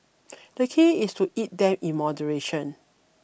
the key is to eat them in moderation